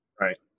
Right